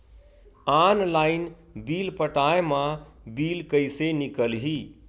Online bill पटाय मा bill कइसे निकलही?